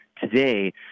today